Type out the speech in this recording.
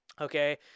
okay